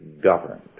governed